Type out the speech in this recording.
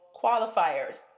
qualifiers